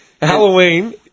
Halloween